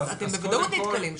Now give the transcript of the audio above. אז אתם בוודאות נתקלים.